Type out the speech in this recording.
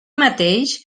mateix